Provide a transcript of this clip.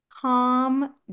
calm